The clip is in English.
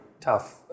tough